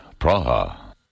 Praha